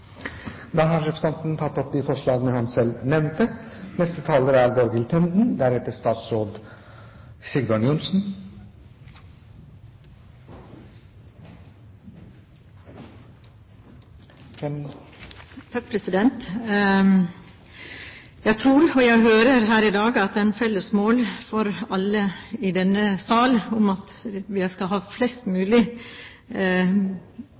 Jeg tror – og hører her i dag – at det er et felles mål for alle i denne sal at vi skal ha flest